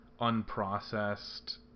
unprocessed